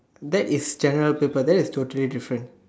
that is general paper that is totally different